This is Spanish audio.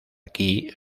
aquí